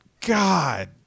God